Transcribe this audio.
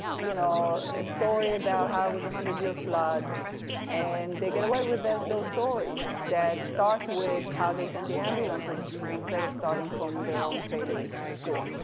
you know a story about how it was one hundred year flood and they get away with that those stories that start with how they sent the ambulances instead of starting from their own failures before.